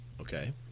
Okay